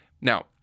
Now